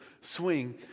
swing